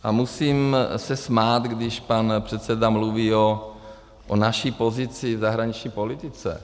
A musím se smát, když pan předseda mluví o naší pozici v zahraniční politice.